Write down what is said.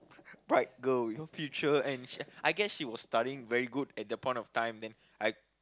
bright girl you know future and sh~ I guess she was studying very good at that point of time then I